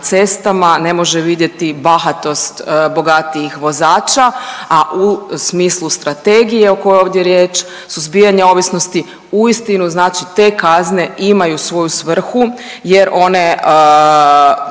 cestama ne može vidjeti bahatost bogatijih vozača, a u smislu strategije o kojoj je ovdje riječ suzbijanja ovisnosti uistinu znači te kazne imaju svoju svrhu jer one